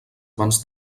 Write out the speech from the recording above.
abans